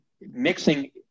mixing